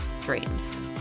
dreams